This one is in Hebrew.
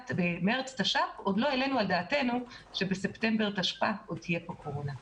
במרץ תש"ף עוד לא העלנו על דעתנו שבספטמבר תשפ"א עוד תהיה פה קורונה.